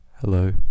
Hello